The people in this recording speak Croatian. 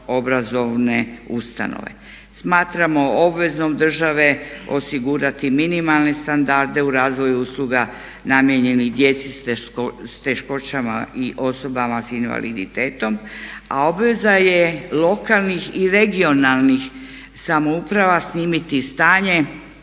odgojno-obrazovne ustanove. Smatramo obvezom države osigurati minimalne standarde u razvoju usluga namijenjenih djeci s teškoćama i osobama s invaliditetom. A obveza je lokalnih i regionalnih samouprava snimiti stanje